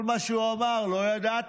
כל מה שהוא אמר: לא ידעתי,